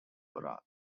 brat